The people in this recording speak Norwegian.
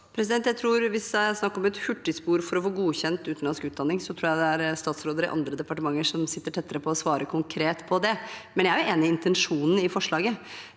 Hvis det er snakk om et hurtigspor for å få godkjent utenlandsk utdanning, tror jeg det er statsråder i andre departementer som sitter tettere på til å svare konkret på det, men jeg er enig i intensjonen i forslaget.